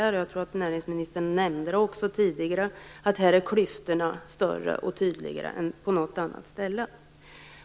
Jag tror också att näringsministern nämnde tidigare att klyftorna är större och tydligare än på något annat ställe.